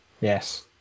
Yes